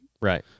Right